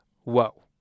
whoa